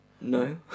No